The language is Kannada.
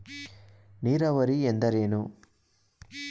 ನೀರಾವರಿ ಎಂದರೇನು?